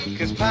Cause